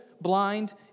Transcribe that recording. blind